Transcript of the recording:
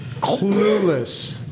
clueless